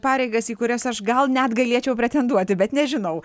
pareigas į kurias aš gal net galėčiau pretenduoti bet nežinau